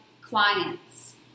clients